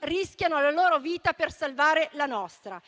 rischiano la loro vita per salvare la nostra.